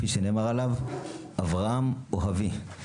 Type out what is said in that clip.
כפי שנאמר עליו 'אברהם אוהבי'.